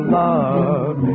love